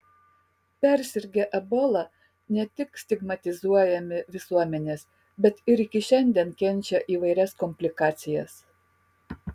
persirgę ebola ne tik stigmatizuojami visuomenės bet ir iki šiandien kenčia įvairias komplikacijas